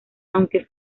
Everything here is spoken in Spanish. aunque